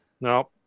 No